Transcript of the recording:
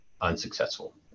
unsuccessful